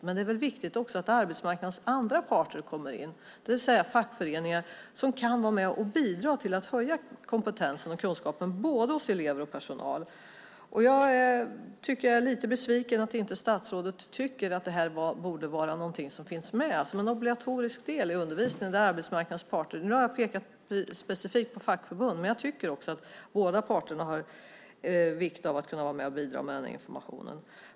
Men det är väl också viktigt att arbetsmarknadens andra parter kommer in, det vill säga fackföreningar som kan vara med och bidra till att höja kompetensen och kunskapen hos både elever och personal. Jag är lite besviken att inte statsrådet tycker att det här borde finnas med som en obligatorisk del i undervisningen. Nu har jag pekat specifikt på fackförbund, men jag tycker att båda parterna borde kunna vara med och bidra med den informationen.